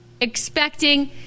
expecting